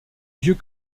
vieux